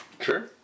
Sure